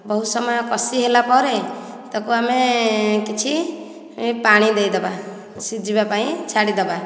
ବହୁତ ସମୟ କଷି ହେଲାପରେ ତାକୁ ଆମେ କିଛି ପାଣି ଦେଇଦେବା ସିଝିବା ପାଇଁ ଛାଡ଼ିଦେବା